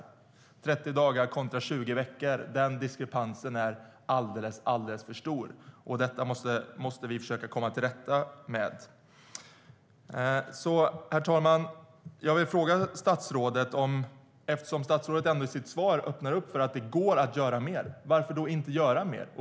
Diskrepansen mellan 30 dagar och 20 veckor är alldeles för stor. Detta måste man försöka att komma till rätta med. Herr talman! I sitt svar öppnar statsrådet upp för att det går att göra mer, men varför då inte göra mer?